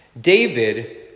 David